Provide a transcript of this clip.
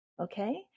okay